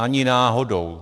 Ani náhodou.